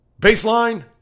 baseline